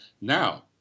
now